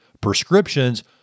prescriptions